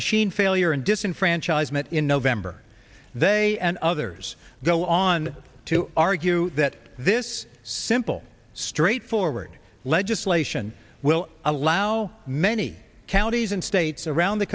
machine failure and disenfranchisement in november they and others go on to argue that this simple straightforward legislation will allow many counties and states around the